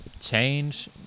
change